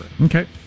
Okay